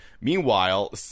Meanwhile